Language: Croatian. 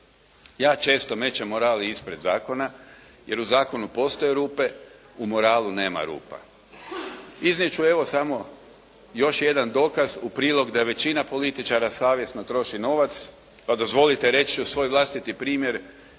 Ja često mećem moral ispred zakona jer u zakonu postoje rupe. U moralu nema rupa. Iznijet ću evo samo još jedan dokaz u prilog da većina političara savjesno troši novac. Pa dozvolite reći ću svoj vlastiti primjer